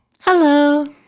Hello